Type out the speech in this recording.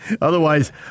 Otherwise